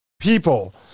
people